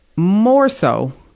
more so,